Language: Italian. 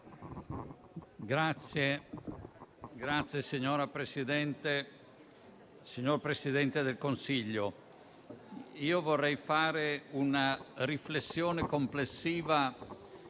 Presidente, signor Presidente del Consiglio, vorrei fare una riflessione complessiva